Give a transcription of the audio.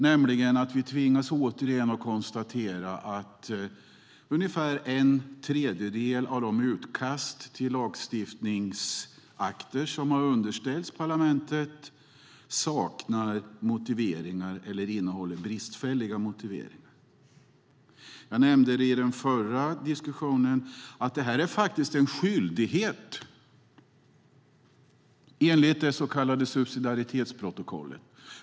Vi tvingas nämligen återigen konstatera att ungefär en tredjedel av de utkast till lagstiftningsakter som har underställts parlamentet saknar motiveringar eller innehåller bristfälliga motiveringar. Som jag nämnde i den förra diskussionen är det faktiskt en skyldighet enligt det så kallade subsidiaritetsprotokollet.